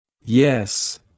Yes